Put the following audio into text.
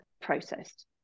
processed